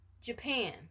Japan